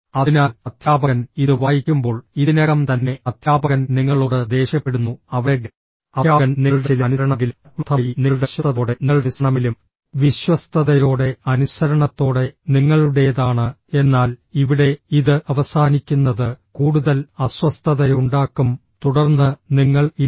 അതിനാൽ അധ്യാപകൻ ഇത് വായിക്കുമ്പോൾ ഇതിനകം തന്നെ അധ്യാപകൻ നിങ്ങളോട് ദേഷ്യപ്പെടുന്നു അവിടെ അധ്യാപകൻ നിങ്ങളുടെ ചില അനുസരണമെങ്കിലും ആത്മാർത്ഥമായി നിങ്ങളുടെ വിശ്വസ്തതയോടെ നിങ്ങളുടെ അനുസരണമെങ്കിലും വിശ്വസ്തതയോടെ അനുസരണത്തോടെ നിങ്ങളുടേതാണ് എന്നാൽ ഇവിടെ ഇത് അവസാനിക്കുന്നത് കൂടുതൽ അസ്വസ്ഥതയുണ്ടാക്കും തുടർന്ന് നിങ്ങൾ ഇല്ല